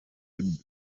d’etat